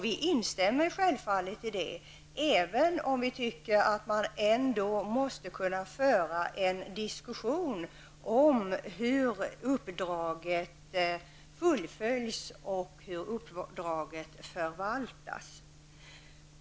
Vi instämmer självfallet i detta, även om vi tycker att man måste kunna föra en diskussion om hur uppdraget fullföljs och förvaltas.